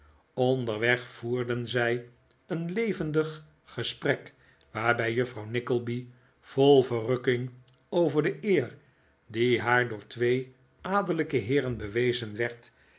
onderweg voerden zij een levendig gesprek waarbij juffrouw nickleby vol verrukking over de eer die haar door twee adellijke heeren bewezen werd